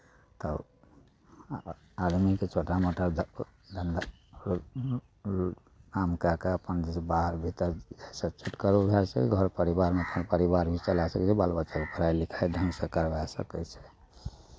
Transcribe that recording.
तब आरम्भमे किछु छोटा मोटा धन्धा काम कए कऽ अपन जे छै बाहर भीतर सभचीज करो उएहसँ घर परिवारमे अपन परिवार भी चला सकैए बाल बच्चाके पढ़ाइ लिखाइ ढङ्गसँ करबा सकै छै